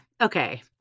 okay